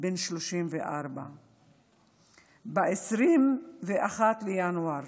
בן 34. ב-21 בינואר